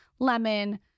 lemon